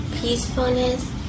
peacefulness